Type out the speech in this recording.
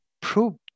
proved